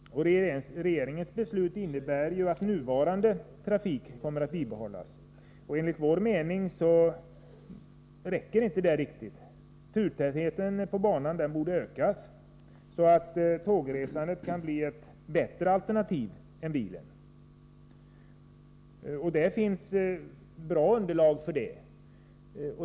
Regeringens beslut innebär att nuvarande trafik kommer att bibehållas. Enligt vår mening räcker inte det riktigt. Turtätheten på banan borde ökas så att tågresandet kan bli ett bättre alternativ än bilen. Det finns bra underlag för det.